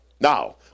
Now